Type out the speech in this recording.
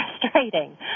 frustrating